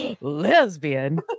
Lesbian